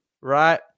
right